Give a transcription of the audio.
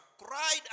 cried